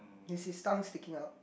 is his tongue sticking out